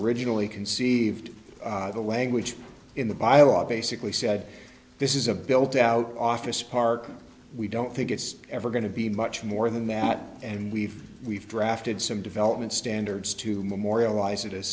originally conceived the language in the bylaws basically said this is a built out office park and we don't think it's ever going to be much more than that and we've we've drafted some development standards to memorialize it as